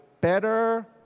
better